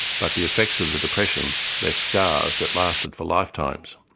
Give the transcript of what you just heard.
but the effects of the depression, they're scars that lasted for lifetimes.